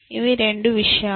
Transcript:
ఇవి రెండు విషయాలు